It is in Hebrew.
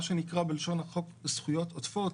מה שנקרא זכויות עודפות,